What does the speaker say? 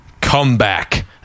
comeback